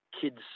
kids